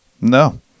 No